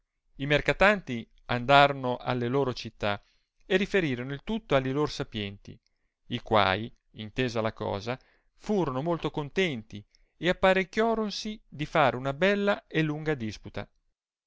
i mercatanti andarono alle loro città e riferirono il tutto alli lor sapienti i quai intesa la cosa furono molto contenti e apparecchioronsi di far una bella e lunga disputa